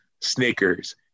Snickers